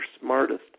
smartest